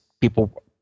people